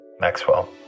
Maxwell